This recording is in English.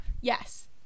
yes